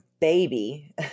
baby